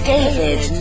David